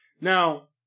Now